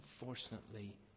unfortunately